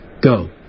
go